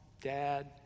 dad